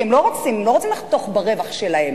כי הם לא רוצים לחתוך ברווח שלהם,